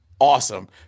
awesome